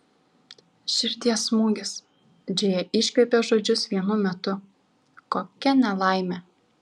širdies smūgis džėja iškvėpė žodžius vienu metu kokia nelaimė